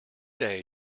day